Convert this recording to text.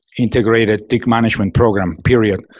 integrated tick management program, period.